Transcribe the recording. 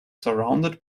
surrounded